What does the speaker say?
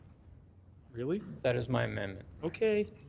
really? that is my amendment. okay.